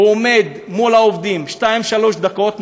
הוא עומד מול העובדים שתיים-שלוש דקות,